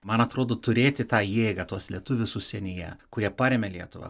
man atrodo turėti tą jėgą tuos lietuvius užsienyje kurie paremia lietuvą